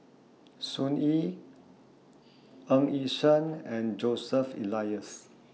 Sun Yee Ng Yi Sheng and Joseph Elias